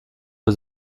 für